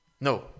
No